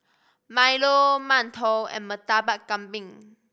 milo mantou and Murtabak Kambing